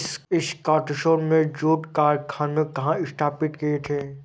स्कॉटिशों ने जूट कारखाने कहाँ स्थापित किए थे?